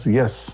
yes